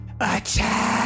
ATTACK